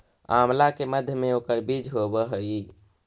आंवला के मध्य में ओकर बीज होवअ हई